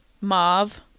Mauve